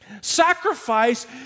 Sacrifice